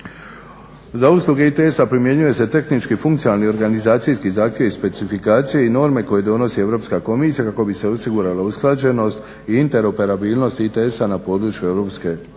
Za usluge ITS-a primjenjuju se tehnički i funkcionalni organizacijski zahtjevi i specifikacije i norme koje donosi Europska komisija kako bi se osigurala usklađenost i interoperabilnost ITS-a na području Europske unije.